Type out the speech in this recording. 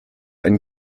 ein